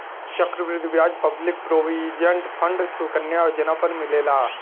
चक्र वृद्धि ब्याज public provident fund Sukanya Yojana पर मिलेला